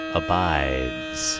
abides